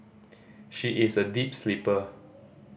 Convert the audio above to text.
she is a deep sleeper